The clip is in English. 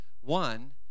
One